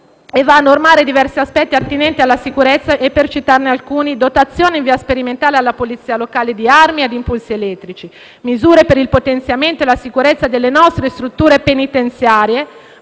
e va a normare diversi aspetti attinenti alla sicurezza, tra i quali: dotazione, in via sperimentale, alla Polizia locale di armi ad impulsi elettrici; misure per il potenziamento e la sicurezza delle nostre strutture penitenziarie;